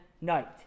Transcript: night